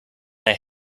they